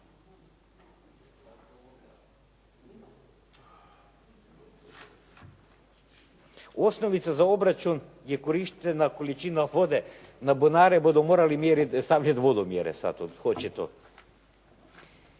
Osnovica za obračun je korištena količina vode, na bunare budu morali stavljati vodomjere